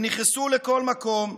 הם נכנסו לכל מקום,